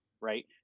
right